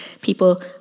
people